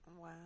Wow